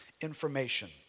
information